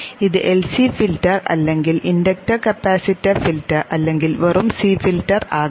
ഇത് LC filter അല്ലെങ്കിൽ inductor capacitor filter അല്ലെങ്കിൽ വെറും C ഫിൽട്ടർ ആകാം